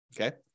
Okay